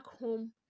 home